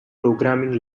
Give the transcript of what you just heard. programming